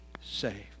saved